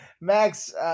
Max